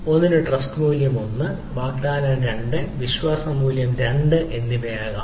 ഒന്നിനു ട്രസ്റ്റ് മൂല്യം 1 വാഗ്ദാനം 2 വിശ്വാസ മൂല്യം 2 എന്നിവ ആകാം